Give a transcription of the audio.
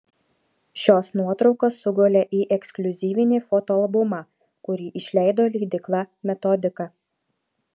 šios nuotraukos sugulė į ekskliuzyvinį fotoalbumą kurį išleido leidykla metodika